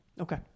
Okay